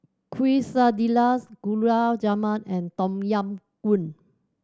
Quesadillas Gulab Jamun and Tom Yam Goong